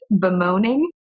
bemoaning